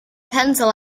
pencil